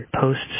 posts